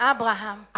Abraham